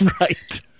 right